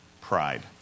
pride